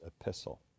epistle